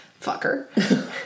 fucker